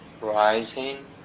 rising